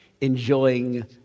enjoying